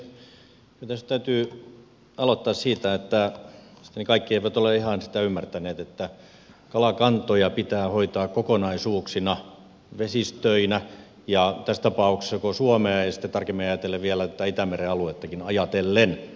kyllä tässä nyt täytyy aloittaa siitä että mielestäni kaikki eivät ole ihan sitä ymmärtäneet että kalakantoja pitää hoitaa kokonaisuuksina vesistöinä ja tässä tapauksessa koko suomea ja sitten tarkemmin ajatellen vielä tätä itämeren aluettakin ajatellen